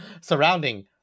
surrounding